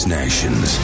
nations